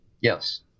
Yes